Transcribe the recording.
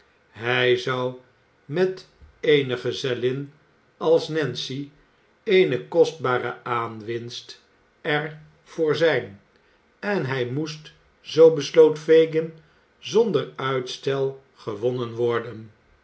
hij zou met eene gezellin als nancy eene kostbare aanwinst er voor zijn en hij moest zoo besloot fagin zonder uitstel gewonnen worden